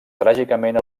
tràgicament